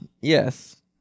Yes